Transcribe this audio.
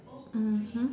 mmhmm